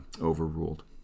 overruled